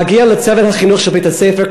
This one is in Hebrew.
מגיע לצוות החינוך של בית-הספר,